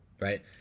right